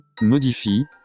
modifie